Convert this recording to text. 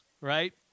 right